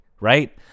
right